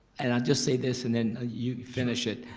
and just say this and then ah you finish it.